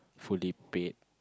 fully paid